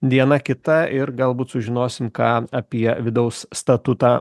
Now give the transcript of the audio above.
diena kita ir galbūt sužinosim ką apie vidaus statutą